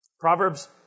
Proverbs